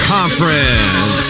Conference